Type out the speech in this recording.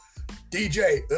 DJ